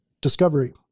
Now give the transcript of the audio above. Discovery